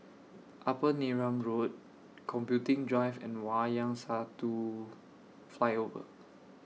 Upper Neram Road Computing Drive and Wayang Satu Flyover